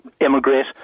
emigrate